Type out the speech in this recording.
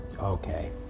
Okay